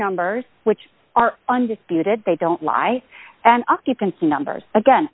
numbers which are undisputed they don't lie and occupancy numbers again